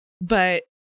but-